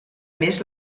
més